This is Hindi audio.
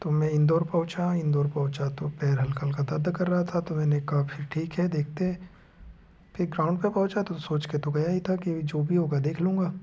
तो मैं इंदौर पहुँचा इंदौर पहुँचा तो पैर हल्का हल्का दर्द कर रहा था तो मैंने कहाँ फिर ठीक है देखते हैं फिर ग्राउंड पर पहुँचा तो सोच के तो गया ही था कि जो भी होगा देख लूँगा